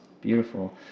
Beautiful